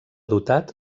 dotat